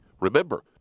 Remember